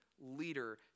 leader